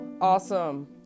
Awesome